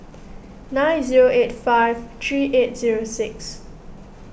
nine zero eight five three eight zero six